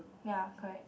ya correct